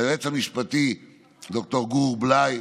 ליועץ המשפטי ד"ר גור בליי